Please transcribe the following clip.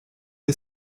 est